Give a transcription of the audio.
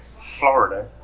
Florida